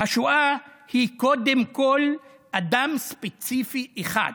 השואה היא קודם כול אדם ספציפי אחד,